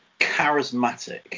charismatic